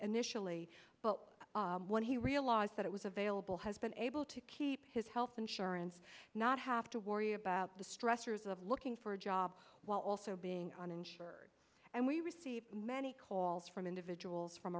initially but when he realized that it was available has been able to keep his health insurance not have to worry about the stressors of looking for a job while also being uninsured and we receive many calls from individuals from